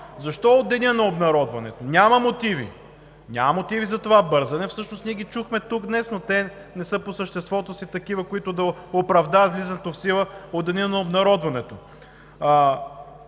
Защо от деня на обнародването? Няма мотиви! Няма мотиви за това бързане. Всъщност ние ги чухме тук днес, но по съществото си те не са такива, които да оправдаят влизането в сила от деня на обнародването.